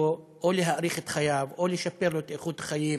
או להאריך את חייו או לשפר לו את איכות החיים.